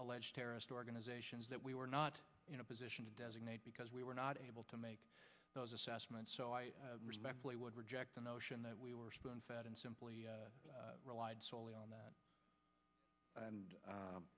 alleged terrorist organizations that we were not in a position to designate because we were not able to make those assessments so i respectfully would reject the notion that we were spoonfed and simply relied solely on that and